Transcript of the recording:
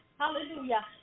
hallelujah